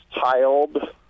tiled